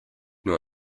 nur